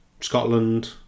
Scotland